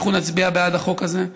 אנחנו נצביע בעד החוק הזה,